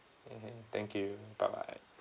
okay thank you bye bye